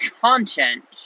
content